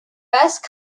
best